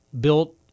built